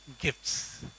gifts